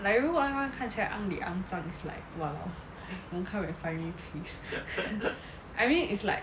like 如果他们看起来肮里肮脏 is like !walao! don't come and find me please I mean is like